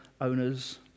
owners